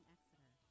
Exeter